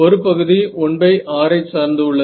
ஒரு பகுதி 1r ஐ சார்ந்து உள்ளது